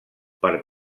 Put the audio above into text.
per